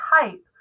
type